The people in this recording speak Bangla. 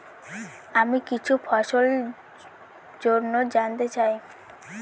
আমি কিছু ফসল জন্য জানতে চাই